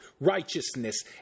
righteousness